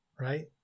right